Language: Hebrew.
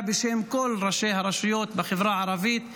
בשם כל ראשי הרשויות בחברה הערבית.